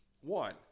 One